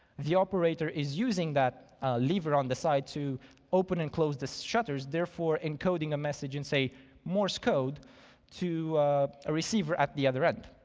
the operator is using that lever on the side to open and close the so shutters, therefore encoding a message and send morse code to a receiver at the other end.